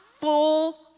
full